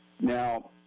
Now